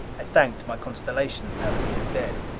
i thanked my constellations now that he was dead.